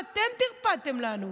ואתם טרפדתם לנו.